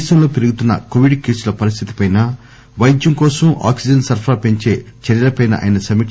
దేశంలో పెరుగుతున్న కోవిడ్ కేసుల పరిస్థితిపైన పైద్యం కోసం ఆక్సిజన్ సరఫరా పెంచే చర్యలపైన ఆయన సమీక